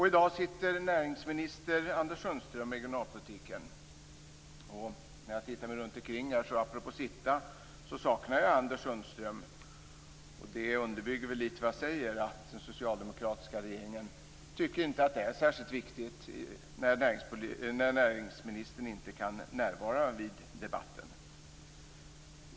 I dag sitter näringsminister Anders Sundström med regionalpolitiken. När jag apropå sitter tittar mig omkring här saknar jag Anders Sundström. Det underbygger väl litet av det jag säger att den socialdemokratiska regeringen inte tycker att det är särskilt viktigt när näringsministern inte kan närvara vid debatten.